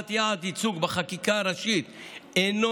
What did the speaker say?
קביעת יעד ייצוג בחקיקה הראשית אינו